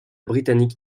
britannique